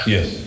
Yes